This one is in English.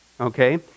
okay